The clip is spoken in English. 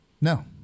No